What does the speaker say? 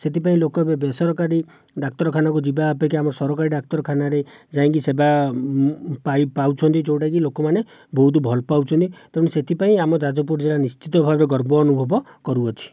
ସେଥିପାଇଁ ଲୋକ ଏବେ ବେସରକାରୀ ଡାକ୍ତରଖାନାକୁ ଯିବା ଅପେକ୍ଷା ଆମର ସରକାରୀ ଡାକ୍ତରଖାନାରେ ଯାଇକି ସେବା ପାଇ ପାଉଛନ୍ତି ଯେଉଁଟା କି ଲୋକମାନେ ବହୁତ ଭଲ ପାଉଛନ୍ତି ତେଣୁ ସେଥିପାଇଁ ଆମ ଯାଜପୁର ଜିଲ୍ଲା ନିଶ୍ଚିତ ଭାବେ ଗର୍ବ ଅନୁଭବ କରୁଅଛି